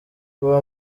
uwo